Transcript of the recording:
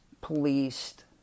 policed